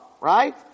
right